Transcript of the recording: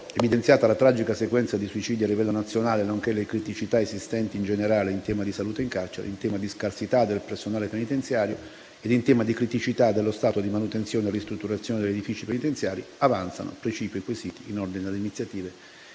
evidenziata la tragica sequenza di suicidi a livello nazionale, nonché le criticità esistenti in generale in tema di salute in carcere, in tema di scarsità del personale penitenziario ed in tema di criticità dello stato di manutenzione e ristrutturazione degli edifici penitenziari, hanno avanzato precipui quesiti in ordine alle iniziative